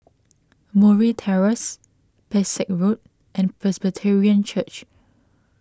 Murray Terrace Pesek Road and Presbyterian Church